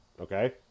okay